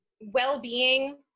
well-being